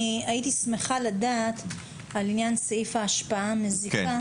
אני הייתי שמחה לדעת על עניין סעיף ההשפעה המזיקה